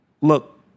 look